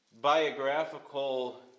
biographical